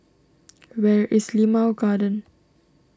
where is Limau Garden